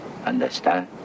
Understand